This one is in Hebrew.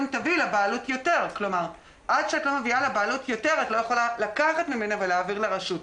יתנו למוכר שלא רשמי להפעיל ישירות,